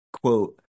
quote